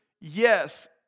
yes